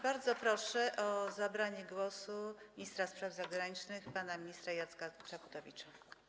Bardzo proszę o zabranie głosu ministra spraw zagranicznych pana Jacka Czaputowicza.